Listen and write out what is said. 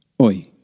Oi